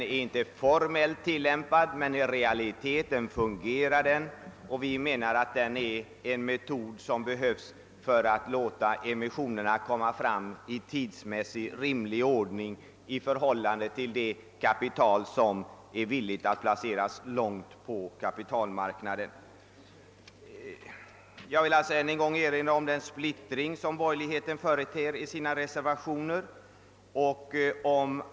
Formellt är den inte satt i tillämpning men i realiteten fungerar den. Det är en metod som behövs för att låta emissionerna komma fram i tidsmässigt rimlig ordning i förhållande till det kapital som är villigt att placeras långfristigt på kapitalmarknaden. Jag vill än en gång erinra om den splittring som borgerligheten företer i sina reservationer.